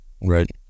right